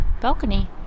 balcony